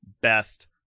best